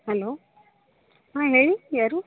hello ಹಾಂ ಹೇಳಿ ಯಾರು